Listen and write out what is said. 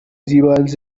z’ibanze